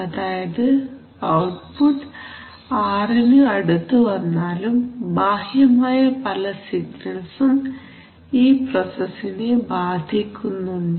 അതായത് output r നു അടുത്തു വന്നാലും ബാഹ്യമായ പല സിഗ്നൽസും ഈ പ്രൊസസിനെ ബാധിക്കുന്നുണ്ട്